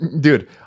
dude